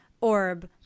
orb